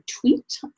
tweet